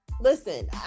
Listen